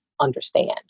understand